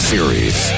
Series